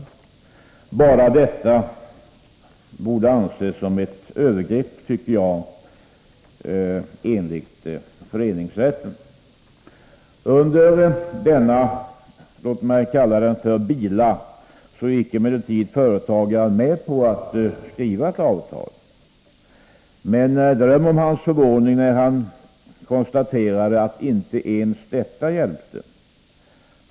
Bara detta borde anses som ett övergrepp enligt föreningsrätten. Under hotet från denna ”bila” gick företagaren med på att skriva ett avtal. Men döm om hans förvåning när han konstaterade att inte ens detta hjälpte.